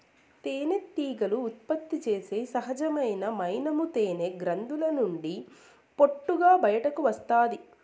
తేనెటీగలు ఉత్పత్తి చేసే సహజమైన మైనము తేనె గ్రంధుల నుండి పొట్టుగా బయటకు వస్తాది